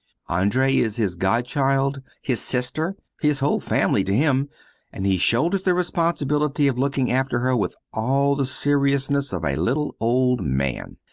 andree is his godchild, his sister, his whole family to him and he shoulders the responsibility of looking after her with all the seriousness of a little old man.